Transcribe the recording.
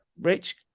Rich